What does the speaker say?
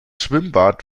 schwimmbad